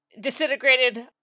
Disintegrated